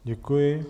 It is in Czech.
Děkuji.